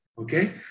Okay